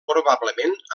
probablement